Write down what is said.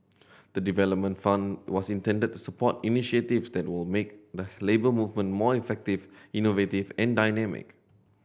the development fund was intended to support initiatives that will make the Labour Movement more effective innovative and dynamic